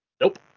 Nope